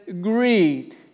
greed